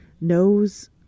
knows